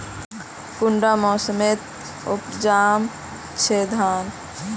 कुंडा मोसमोत उपजाम छै धान?